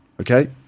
Okay